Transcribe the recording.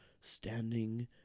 standing